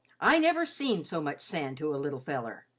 i never seen so much sand to a little feller.